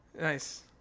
Nice